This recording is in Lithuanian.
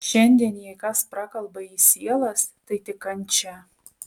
šiandien jei kas prakalba į sielas tai tik kančia